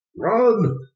run